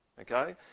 Okay